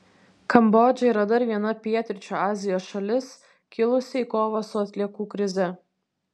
kambodža yra dar viena pietryčių azijos šalis kilusi į kovą su atliekų krize